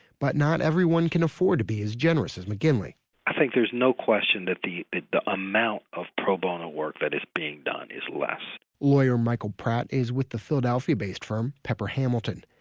but not everyone can afford to be as generous as mcginley i think there's no question that the that the amount of pro bono work that is being done is less lawyer michael pratt is with the philadelphia-based firm pepper hamilton.